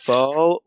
Fall